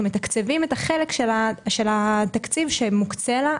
אנחנו מתקצבים את החלק של התקציב שמוקצה לה,